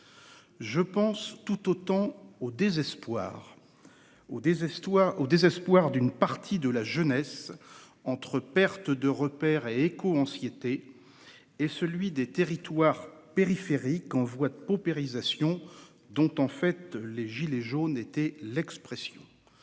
Je pense tout autant au désespoir d'une partie de notre jeunesse, entre perte de repères et écoanxiété, et à celui des territoires périphériques en voie de paupérisation, dont le mouvement des « gilets jaunes » était en fait l'expression.